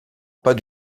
pas